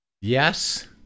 yes